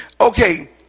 okay